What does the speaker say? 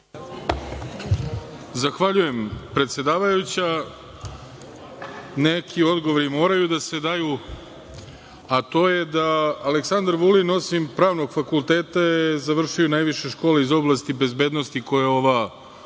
Zahvaljujem, predsedavajuća. Neki odgovori moraju da se daju, a to je da je Aleksandar Vulin, osim pravnog fakulteta, završio i najviše škole iz oblasti bezbednosti koje ova država